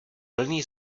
plný